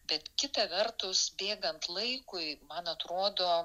bet kita vertus bėgant laikui man atrodo